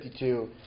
52